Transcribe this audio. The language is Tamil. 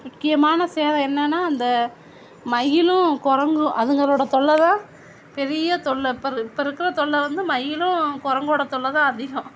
முக்கியமான சேதம் என்னன்னா அந்த மயிலும் குரங்கும் அதுங்களோட தொல்லை தான் பெரியத் தொல்லை இப்பரு இப்போ இருக்கிற தொல்லை வந்து மயிலும் குரங்கோட தொல்லை தான் அதிகம்